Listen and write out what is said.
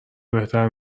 بهتر